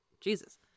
Jesus